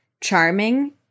charming